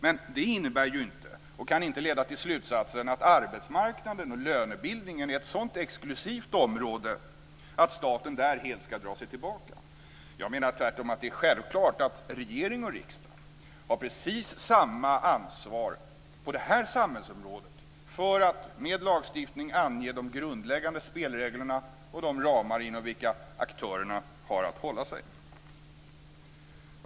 Men det innebär inte och kan inte leda till slutsatsen att arbetsmarknaden och lönebildningen är ett sådant exklusivt område att staten där helt ska dra sig tillbaka. Jag menar tvärtom att det är självklart att regering och riksdag har precis samma ansvar på det här samhällsområdet för att med lagstiftning ange de grundläggande spelreglerna och de ramar inom vilka aktörerna har att hålla sig.